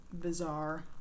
bizarre